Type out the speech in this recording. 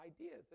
ideas